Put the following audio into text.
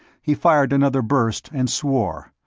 he fired another burst, and swore.